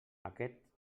aquest